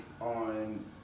on